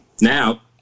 Now